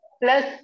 plus